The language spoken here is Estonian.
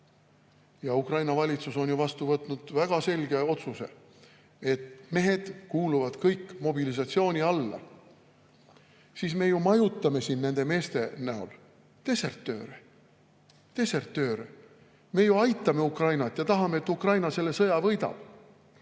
ja Ukraina valitsus on vastu võtnud väga selge otsuse, et mehed kuuluvad kõik mobilisatsiooni alla, siis me ju majutame nende meeste näol desertööre. Desertööre! Me aitame Ukrainat ja tahame, et Ukraina selle sõja võidaks,